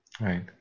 Right